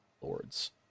lords